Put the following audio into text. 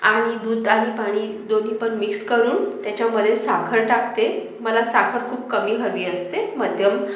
आणि दूध आणि पाणी दोन्ही पण मिक्स करून त्याच्यामध्ये साखर टाकते मला साखर खूप कमी हवी असते मध्यम